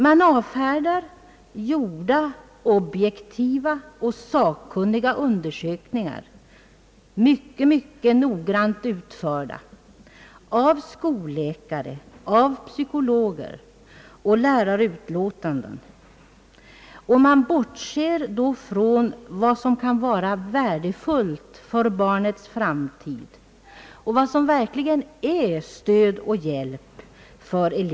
Man avfärdar gjorda objektiva och sakkunniga undersökningar — mycket noggrant utförda av skolläkare och psykologer och kompletterade med lärarutlåtanden — och man bortser från vad som kan vara vär defullt för barnets framtid och vad som verkligen är ett stöd och en hjälp för det.